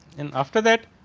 and after that,